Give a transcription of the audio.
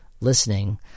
listening